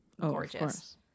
gorgeous